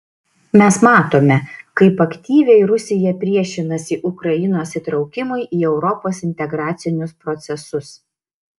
mes matome kaip aktyviai rusija priešinasi ukrainos įtraukimui į europos integracinius procesus